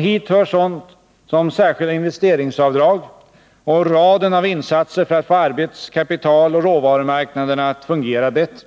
Hit hör sådant som särskilda investeringsavdrag och raden av insatser för att få arbets-, kapitaloch råvarumarknaderna att fungera bättre.